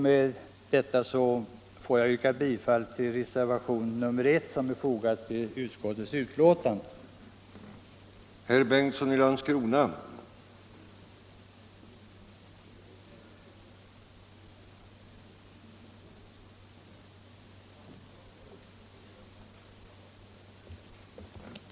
Med detta vill jag yrka bifall till reservationen I som är fogad till näringsutskottets betänkande nr 9.